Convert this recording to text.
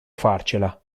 farcela